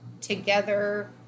together